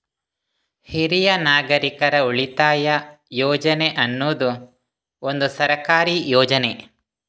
ಹಿರಿಯ ನಾಗರಿಕರ ಉಳಿತಾಯ ಯೋಜನೆ ಅನ್ನುದು ಒಂದು ಸರ್ಕಾರಿ ಯೋಜನೆ